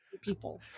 people